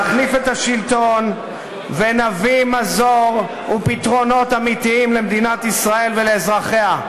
נחליף את השלטון ונביא מזור ופתרונות אמיתיים למדינת ישראל ולאזרחיה.